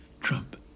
Trump